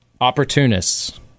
Opportunists